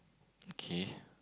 okay